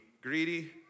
greedy